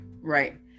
right